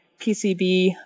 PCB